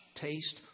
taste